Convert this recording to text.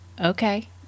Okay